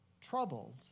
troubled